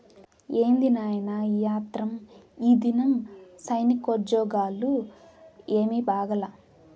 ఏంది నాయినా ఈ ఆత్రం, ఈదినం సైనికోజ్జోగాలు ఏమీ బాగాలా